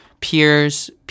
peers